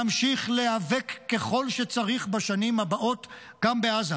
נמשיך להיאבק ככל שצריך בשנים הבאות גם בעזה,